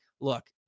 look